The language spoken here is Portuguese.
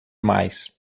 mais